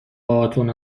باهاتون